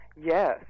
Yes